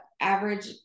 average